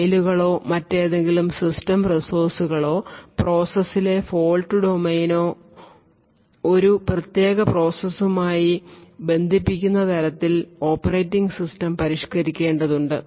ഫയലുകളോ മറ്റേതെങ്കിലും സിസ്റ്റം റിസോഴ്സുകളോ പ്രോസസ്സിലെ ഫോൾട് ഡൊമൈനോ ഒരു പ്രത്യേക പ്രോസസ്സുമായി ബന്ധിപ്പിക്കുന്ന തരത്തിൽ ഓപ്പറേറ്റിംഗ് സിസ്റ്റം പരിഷ്കരിക്കേണ്ടതുണ്ട്